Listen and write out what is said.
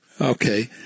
okay